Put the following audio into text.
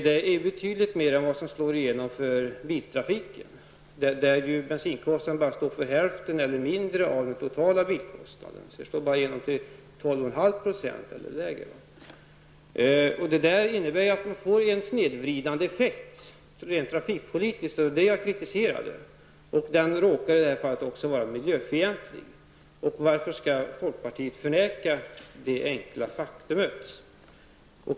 Det är betydligt mer än vad som slår igenom för biltrafiken, där ju bensinkostnaden bara står för hälften eller mindre av den totala bilkostnaden -- så att momsen där bara slår igenom till 12,5 % eller mindre. Detta innebär att man får en snedvridande effekt rent trafikpolitiskt, och det är det jag kritiserade. Den effekten råkar i det här fallet också vara miljöfientlig. Varför skall folkpartiet förneka detta enkla faktum?